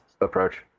approach